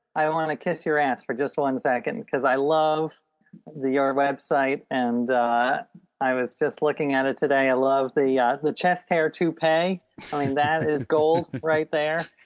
i um want to kiss your ass for just one second because i love the art website and i was just looking at it today. i love the yeah the chest hair to pay, i mean that is gold right there.